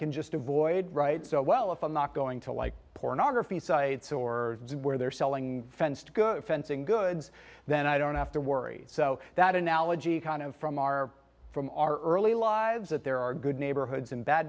can just avoid right so well if i'm not going to like pornography sites or where they're selling fenced good fencing goods then i don't have to worry so that analogy kind of from our from our early lives that there are good neighborhoods and bad